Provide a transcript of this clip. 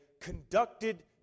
conducted